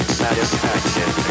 satisfaction